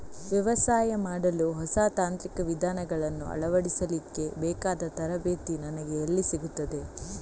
ವ್ಯವಸಾಯ ಮಾಡಲು ಹೊಸ ತಾಂತ್ರಿಕ ವಿಧಾನಗಳನ್ನು ಅಳವಡಿಸಲಿಕ್ಕೆ ಬೇಕಾದ ತರಬೇತಿ ನನಗೆ ಎಲ್ಲಿ ಸಿಗುತ್ತದೆ?